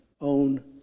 own